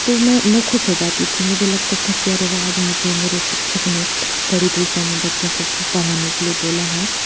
तो मैं मैं खुश हो जाती थी मुझे लगता था कि अरे वह आज मुझे मेरे शिक्षक ने गणित विषय में बच्चों को पढ़ाने के लिए बोला है